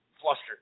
flustered